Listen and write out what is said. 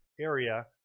area